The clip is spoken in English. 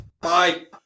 Bye